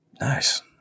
Nice